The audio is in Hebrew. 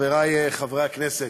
חברי חברי הכנסת,